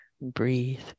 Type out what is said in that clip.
Breathe